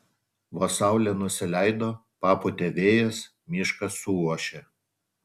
vos saulė nusileido papūtė vėjas miškas suošė